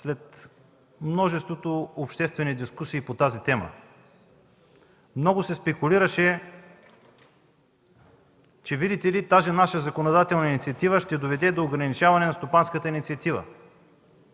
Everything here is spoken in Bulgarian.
след множеството обществени дискусии по темата? Много се спекулираше, че видите ли, тази наша законодателна инициатива ще доведе до ограничаване на стопанската инициатива;